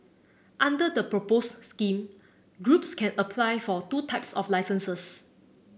under the proposed scheme groups can apply for two types of licences